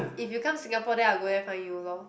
if you come Singapore then I will go there find you lor